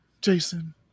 Jason